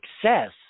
success